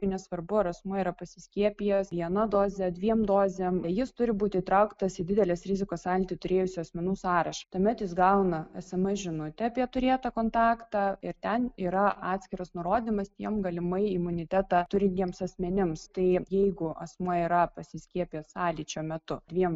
nesvarbu ar asmuo yra pasiskiepijęs viena doze dviem dozėm jis turi būti įtrauktas į didelės rizikos sąlytį turėjusių asmenų sąrašą tuomet jis gauna sms žinutę apie turėtą kontaktą ir ten yra atskiras nurodymas tiem galimai imunitetą turintiems asmenims tai jeigu asmuo yra pasiskiepijęs sąlyčio metu dviem